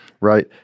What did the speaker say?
right